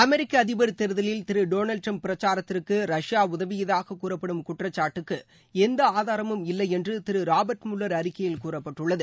அமெரிக்க அதிபர் தேர்தலில் திரு டொனால்டு டிரம்ப் பிரச்சாரத்திற்கு ரஷ்யா உதவியதாக கூறப்படும் குற்றச்சாட்டுக்கு எந்த ஆதராமும் இல்லை என்று திரு ராபர்ட் முல்லர் அறிக்கையில் கூறப்பட்டுள்ளது